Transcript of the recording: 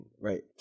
right